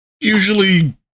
Usually